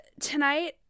tonight